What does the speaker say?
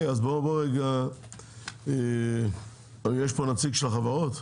אז יש פה נציגים של חברות?